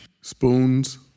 Spoons